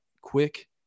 quick